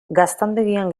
gaztandegian